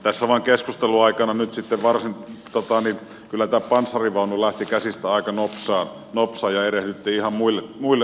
tässä vain keskustelun aikana nyt sitten kyllä tämä panssarivaunu lähti käsistä aika nopsaa ja erehdyttiin ihan muille urille